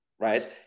Right